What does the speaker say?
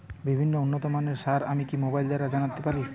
বিভিন্ন উন্নতমানের সার আমি কি মোবাইল দ্বারা আনাতে পারি?